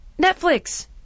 Netflix